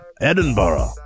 Edinburgh